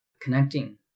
connecting